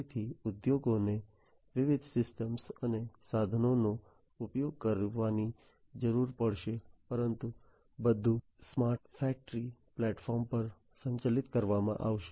તેથી ઉદ્યોગોને વિવિધ સિસ્ટમો અને સાધનોનો ઉપયોગ કરવાની જરૂર પડશે પરંતુ બધું સ્માર્ટ ફેક્ટરી પ્લેટફોર્મ પર સંકલિત કરવામાં આવશે